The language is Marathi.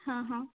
हां हां